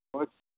okay